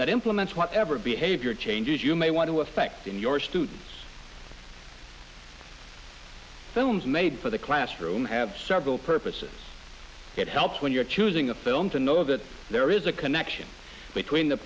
that implements whatever behavior changes you may want to effect in your students films made for the classroom have several purposes it helps when you're choosing a film to know that there is a connection between the